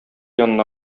янына